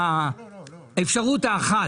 האפשרות האחת